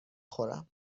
خورم